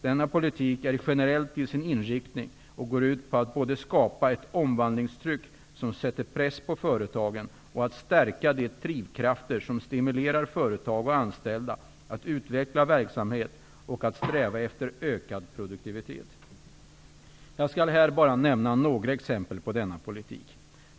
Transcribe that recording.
Denna politik är generell till sin inriktning och går ut på att både skapa ett omvandlingstryck, som sätter press på företagen, och att stärka de drivkrafter som stimulerar företag och anställda att utveckla verksamhet och att sträva efter ökad produktivitet. Jag skall här bara nämna några exempel på denna politik.